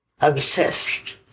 obsessed